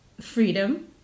freedom